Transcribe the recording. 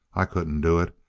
i couldn't do it.